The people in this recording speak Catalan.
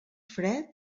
fred